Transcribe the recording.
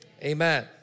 Amen